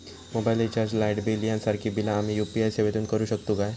Mobile recharge, light bill यांसारखी बिला आम्ही यू.पी.आय सेवेतून करू शकतू काय?